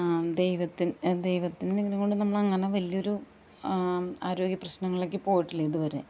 ദൈവത്തി ദൈവത്തിൻ്റെ എന്തെങ്കിലും കൊണ്ട് നമ്മളങ്ങനെ വലിയൊരു ആരോഗ്യ പ്രശ്നങ്ങളിലേക്ക് പോയിട്ടില്ല ഇതുവരെ